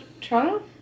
Toronto